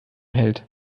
hält